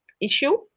issue